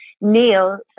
Neil